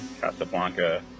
Casablanca